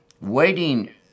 Waiting